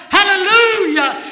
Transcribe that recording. Hallelujah